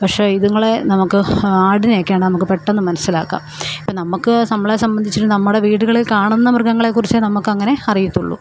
പക്ഷേ ഇതുങ്ങളെ നമുക്ക് ആടിനെയൊക്കെയാണെൽ നമുക്ക് പെട്ടെന്ന് മനസ്സിലാക്കാം അപ്പോൾ നമുക്ക് നമ്മളെ സംബന്ധിച്ചിട്ട് നമ്മുടെ വീടുകളിൽ കാണുന്ന മൃഗങ്ങളെ കുറിച്ചെ നമുക്ക് അങ്ങനെ അറിയത്തുള്ളൂ